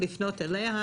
לפנות אליה,